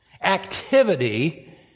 activity